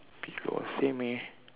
big one same eh